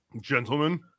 Gentlemen